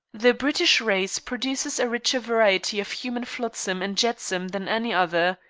the british race produces a richer variety of human flotsam and jetsam than any other.